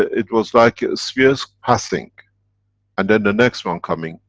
it was like a sphere's passing and then the next one coming.